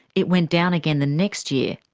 it went down again the next year,